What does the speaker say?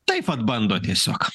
taip vat bando tiesiog